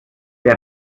der